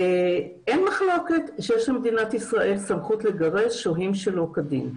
אין מחלוקת שיש למדינת ישראל סמכות לגרש שוהים שלא כדין,